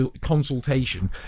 consultation